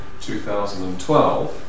2012